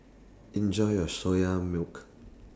Enjoy your Soya Milk